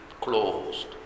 closed